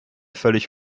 völlig